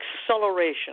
acceleration